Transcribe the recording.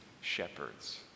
shepherds